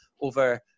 over